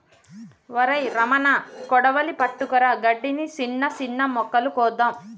ఒరై రమణ కొడవలి పట్టుకురా గడ్డిని, సిన్న సిన్న మొక్కలు కోద్దాము